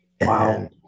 Wow